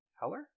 Heller